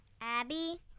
Abby